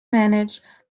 manage